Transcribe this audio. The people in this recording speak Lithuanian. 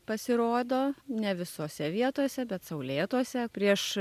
pasirodo ne visose vietose bet saulėtose prieš